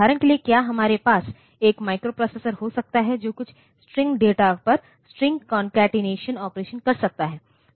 उदाहरण के लिए क्या हमारे पास एक माइक्रोप्रोसेसर हो सकता है जो कुछ स्ट्रिंग डेटा पर स्ट्रिंग कौनकतीनेशन ऑपरेशन कर सकता है